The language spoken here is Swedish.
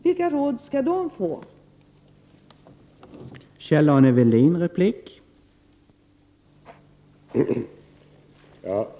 Vilket råd skall dessa arbetsgivare få?